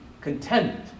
content